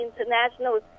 International